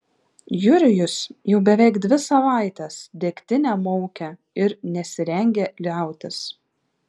jurijus jau beveik dvi savaites degtinę maukia ir nesirengia liautis